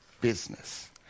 business